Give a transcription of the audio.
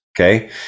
Okay